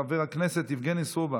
חבר הכנסת ווליד טאהא,